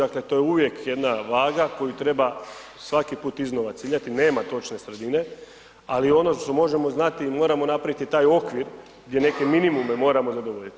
Dakle to je uvijek jedna vaga koju treba svaki put iznova ciljati, nema točne sredine, ali ono što možemo znati i moramo napraviti taj okvir gdje neke minimume moramo zadovoljiti.